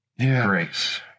grace